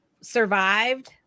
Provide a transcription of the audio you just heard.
survived